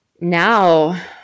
now